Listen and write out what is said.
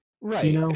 Right